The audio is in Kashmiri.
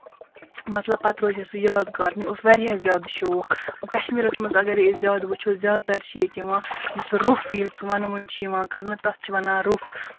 مطلب پَتہٕ روزِ ہے سُہ یاد گار مےٚ اوس واریاہ زیادٕ شوق کَشمیٖرَس منٛز اَگرے أسۍ زیادٕ وُچھو زیادٕ تر چھِ ییٚتہِ یِوان یُس روٚف ییٚلہ سُہ وَنوُن چھُ یِوان کرنہٕ تَتھ چھِ وَنان روٚف